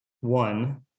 one